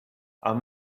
our